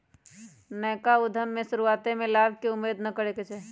नयका उद्यम में शुरुआते में लाभ के उम्मेद न करेके चाही